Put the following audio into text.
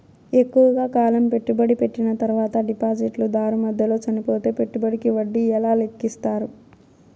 ఎక్కువగా కాలం పెట్టుబడి పెట్టిన తర్వాత డిపాజిట్లు దారు మధ్యలో చనిపోతే పెట్టుబడికి వడ్డీ ఎలా లెక్కిస్తారు?